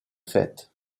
fêtes